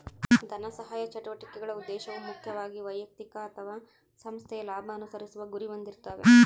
ಧನಸಹಾಯ ಚಟುವಟಿಕೆಗಳ ಉದ್ದೇಶವು ಮುಖ್ಯವಾಗಿ ವೈಯಕ್ತಿಕ ಅಥವಾ ಸಂಸ್ಥೆಯ ಲಾಭ ಅನುಸರಿಸುವ ಗುರಿ ಹೊಂದಿರ್ತಾವೆ